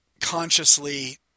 consciously